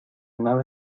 nada